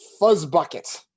Fuzzbucket